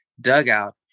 dugout